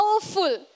powerful